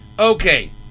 Okay